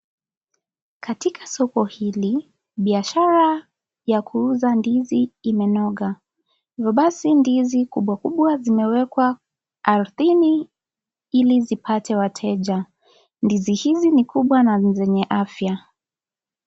Katika soko hili, biashara ya kuuza ndizi imenoga. Hivyo basi, ndizi kubwa kubwa zimewekwa ardhini ili zipate wateja. Ndizi hizi ni kubwa na zenye afya.